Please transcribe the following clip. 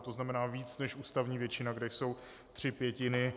To znamená víc než ústavní většina, kde jsou tři pětiny.